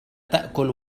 تأكل